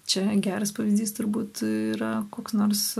čia geras pavyzdys turbūt yra koks nors